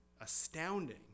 astounding